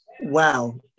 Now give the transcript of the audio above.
Wow